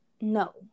no